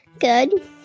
Good